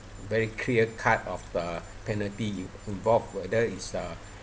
very clear cut of the penalty in~ involved whether it's a